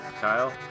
kyle